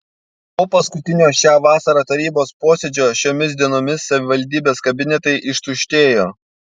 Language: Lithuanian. po paskutinio šią vasarą tarybos posėdžio šiomis dienomis savivaldybės kabinetai ištuštėjo